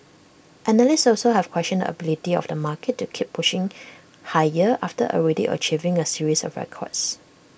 analysts also have questioned the ability of the market to keep pushing higher after already achieving A series of records